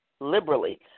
liberally